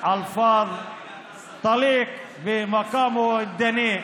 כמו בסוריה, חושב שהוא בסוריה.